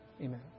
Amen